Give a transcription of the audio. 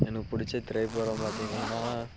எனக்கு பிடிச்ச திரைப்படம் பார்த்தீங்கள்னா